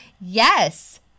yes